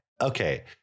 okay